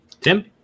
Tim